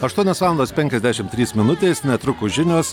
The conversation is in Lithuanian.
aštuonios valandos penkiasdešim trys minutės netrukus žinios